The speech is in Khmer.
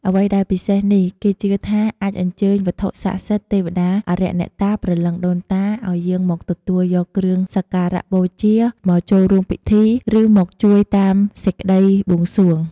អ្វីដែលពិសេសនេះគេជឿថាអាចអញ្ជើញ វត្ថុស័ក្តិសិទ្ធិ ទេវតា អារក្សអ្នកតា ព្រលឹងដូនតា ឲ្យយាងមកទទួលយកគ្រឿងសក្ការបូជា មកចូលរួមពិធី ឬមកជួយតាមសេចក្ដីបួងសួង។